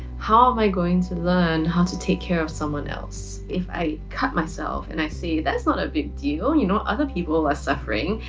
how am i going to learn how to take care of someone else. if i cut myself and i say that's not a big deal you know other people are suffering,